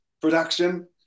production